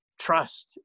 Trust